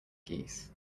geese